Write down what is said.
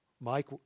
mike